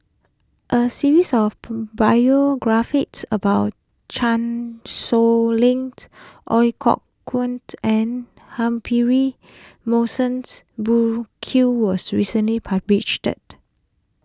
a series of biographies about Chan Sow Lin Ooi Kok Chuen and Humphrey Burkill was recently published